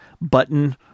button